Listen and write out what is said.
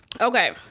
Okay